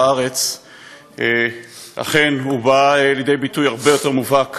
הארץ אכן הובאה לידי ביטוי הרבה יותר מובהק